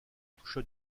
toucha